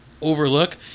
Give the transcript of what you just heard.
overlook